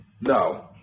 No